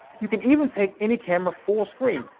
you can even take any camera full-screen,